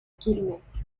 quilmes